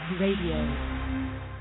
Radio